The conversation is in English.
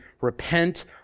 repent